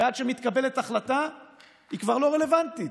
ועד שמתקבלת החלטה היא כבר לא רלוונטית,